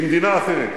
היא מדינה אחרת.